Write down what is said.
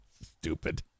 Stupid